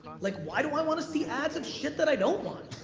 like why do i wanna see ads of shit that i don't want?